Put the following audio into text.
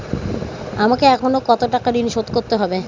আমাকে এখনো কত টাকা ঋণ শোধ করতে হবে?